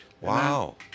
Wow